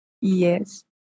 yes